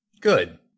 Good